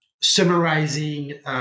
summarizing